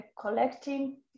collecting